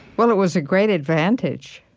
well, it was a great advantage.